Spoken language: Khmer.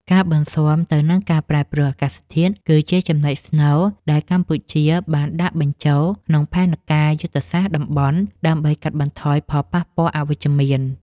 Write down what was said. ការបន្ស៊ាំទៅនឹងការប្រែប្រួលអាកាសធាតុ គឺជាចំណុចស្នូលដែលកម្ពុជាបានដាក់បញ្ចូលក្នុងផែនការយុទ្ធសាស្ត្រតំបន់ ដើម្បីកាត់បន្ថយផលប៉ះពាល់អវិជ្ជមាន។